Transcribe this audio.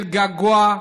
בגעגוע,